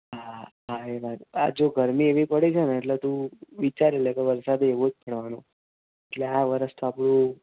હા હા હા એ વાત આ જો ગરમી એવી પડી છે ને એટલે તું વિચારી લે કે વરસાદ એવો જ પડવાનો એટલે આ વરસ તો આપણું